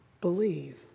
believe